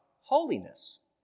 holiness